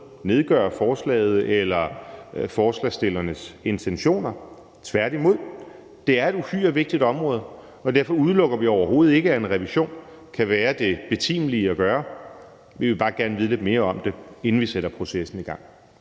nedgør forslaget eller forslagsstillernes intentioner – tværtimod. Det er et uhyre vigtigt område, og derfor udelukker vi overhovedet ikke, at en revision kan være det betimelige at gøre. Vi vil bare gerne vide lidt mere om det, inden vi sætter processen i gang.